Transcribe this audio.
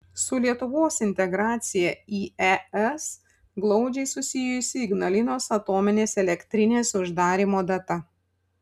su lietuvos integracija į es glaudžiai susijusi ignalinos atominės elektrinės uždarymo data